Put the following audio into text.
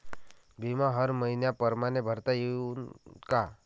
बिमा हर मइन्या परमाने भरता येऊन का?